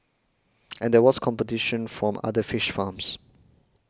and there was competition from other fish farms